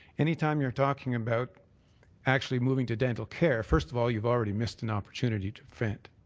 anytime you're talking about actually moving to dental care. first of all, you've already missed an opportunity to prevent.